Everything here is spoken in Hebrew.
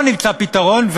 לא נמצא פתרון,